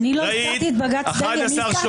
אני לא הזכרתי את בג"ץ דרעי,